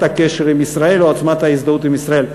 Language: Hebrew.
הקשר עם ישראל או עוצמת ההזדהות עם ישראל.